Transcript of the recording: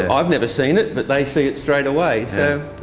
ah i've never seen it but they see it straight away, so